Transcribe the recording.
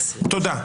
תודה.